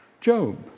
Job